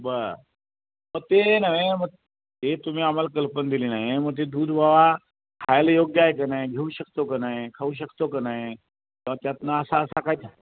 बरं मग ते नव्हे मग ते तुम्ही आम्हाला कल्पना दिली नाही मग ते दूध बाबा खायला योग्य आहे का नाही घेऊ शकतो का नाही खाऊ शकतो का नाही किंवा त्यातून असा असा काय